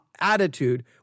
attitude